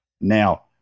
Now